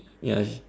ya